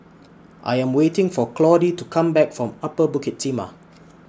I Am waiting For Claudie to Come Back from Upper Bukit Timah